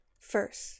first